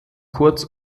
kurz